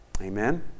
Amen